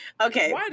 Okay